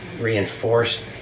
reinforced